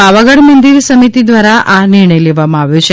પાવાગઢ મંદિર સમિતિ દ્વારા આ નિર્ણય લેવામાં આવ્યો છે